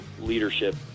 leadership